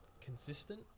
consistent